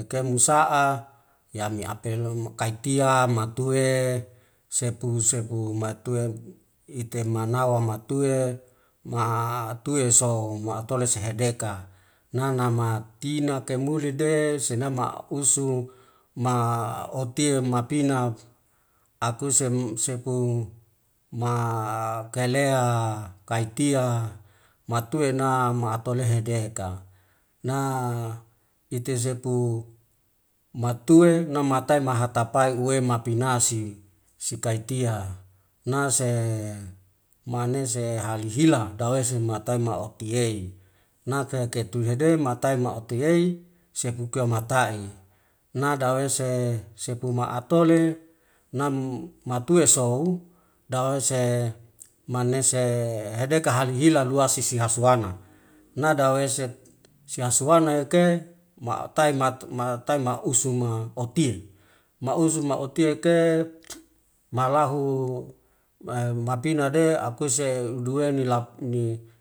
ekemu sa'a yame apelomo kai taia matue sepu sepu matue itemanawa matue ma atue sou maatole sehedeka nanamatina kamulede senama usu ma otie mapina ekuse sepu ma kelea kai tia matuena ma atolehe deka na ite sepu matue namata hatapae uwe mapinasi, sikai tia nase manese halihil dawese matai maotiei. Nake ketu hedema matai maotiey sepukema mata'i nada wese sepu ma'atole nam matue souw dawese manese hedeka hali hila luasi sihasuana, na dawese siasuhana eke ma utai ma usuma otin, ma usuma otin ke ma lahu malahu mapinade akuse dweni lap ni.